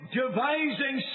devising